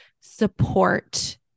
support